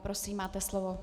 Prosím, máte slovo.